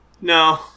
No